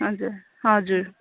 हजुर हजुर